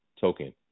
token